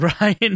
Ryan